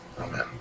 Amen